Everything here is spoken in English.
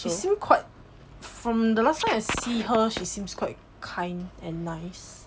she seems quite from the last I see her she seems quite kind and nice